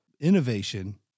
innovation